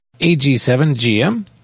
AG7GM